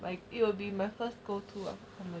like it will be my first to go to ah comedy